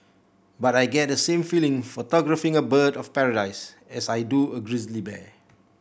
but I get the same feeling photographing a bird of paradise as I do a grizzly bear